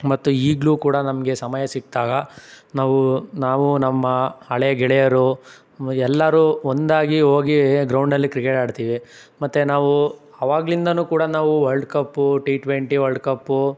ಮತ್ತು ಈಗಲೂ ಕೂಡ ನಮಗೆ ಸಮಯ ಸಿಕ್ಕಿದಾಗ ನಾವು ನಾವು ನಮ್ಮ ಹಳೆಯ ಗೆಳೆಯರು ಮ್ ಎಲ್ಲಾರೂ ಒಂದಾಗಿ ಹೋಗಿ ಗ್ರೌಂಡಲ್ಲಿ ಕ್ರಿಕೆಟ್ ಆಡ್ತೇವೆ ಮತ್ತು ನಾವು ಅವಾಗಲಿಂದನೂ ಕೂಡ ನಾವು world cup T twenty world ಕಪ್ಪು